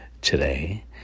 today